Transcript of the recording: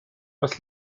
was